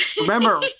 Remember